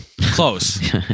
Close